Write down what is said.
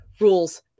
rules